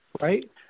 Right